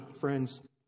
friends